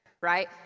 right